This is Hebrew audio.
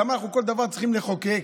למה אנחנו כל דבר צריכים לחוקק?